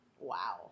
Wow